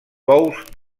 bous